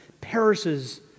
perishes